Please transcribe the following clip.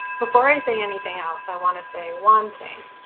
before i say anything else, i wanna say one thing.